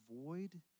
avoid